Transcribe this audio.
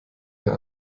mehr